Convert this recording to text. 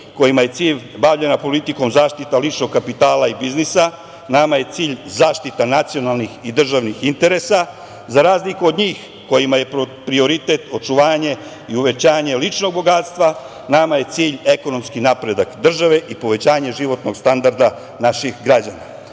kojima je cilj bavljenja politikom, zaštita ličnog kapitala i biznisa, mama je cilj zaštita nacionalnih i državnih interesa. Za razliku od njih kojima je prioritet očuvanje i uvećanje ličnog bogatstva, nama je cilj ekonomski napredak države i povećanje životnog standarda naših građana. Oni